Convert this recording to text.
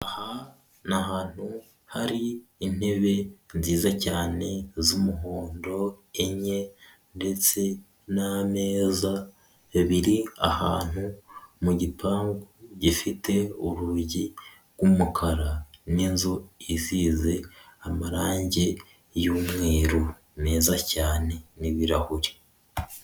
Aha ni ahantu hari intebe nziza cyane z'umuhondo enye ndetse n'ameza biri ahantu mu gipangu gifite urugi rw'umukara n'inzu isize amarangi y'umweru meza cyane n'ibirahuri.